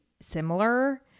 similar